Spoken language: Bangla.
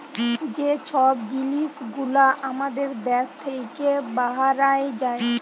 যে ছব জিলিস গুলা আমাদের দ্যাশ থ্যাইকে বাহরাঁয় যায়